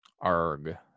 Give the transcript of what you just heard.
Arg